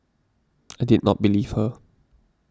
I did not believe her